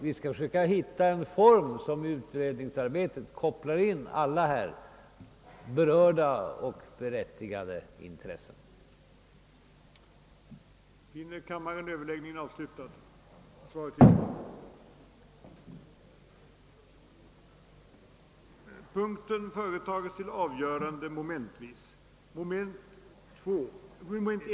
Vi skall försöka hitta en form som kopplar in alla berörda och berättigade intressen i utredningsarbetet.